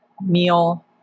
meal